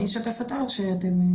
אני אשתף או שאתם?